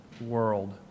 world